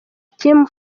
team